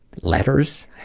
letters?